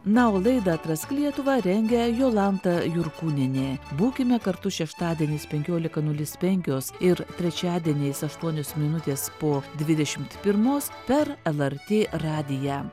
na o laidą atrask lietuvą rengia jolanta jurkūnienė būkime kartu šeštadieniais penkiolika nulis penkios ir trečiadieniais aštuonios minutės po dvidešimt pirmos per lrt radiją